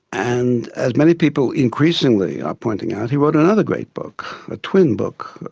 and as many people increasingly are pointing out, he wrote another great book, a twin book,